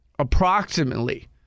Approximately